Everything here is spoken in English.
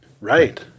Right